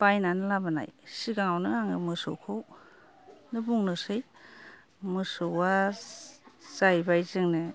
बायनानै लाबोनाय सिगाङावनो आङो मोसौखौनो बुंनोसै मोसौआ जाहैबाय जोंनो